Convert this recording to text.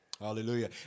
hallelujah